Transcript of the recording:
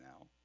now